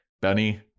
benny